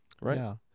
right